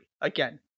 Again